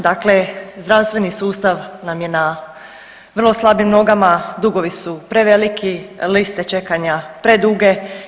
Dakle, zdravstveni sustav nam je na vrlo slabim nogama, dugovi su preveliki, liste čekanja preduge.